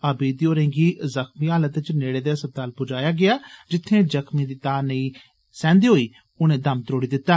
अबीदी होरें गी जुख्मी हालत च नेडे दे अस्पताल पजाया गेआ जित्थे जख्में दी ताऽ नेईं सैहन्दे होई उनें दम त्रोड़ी दिता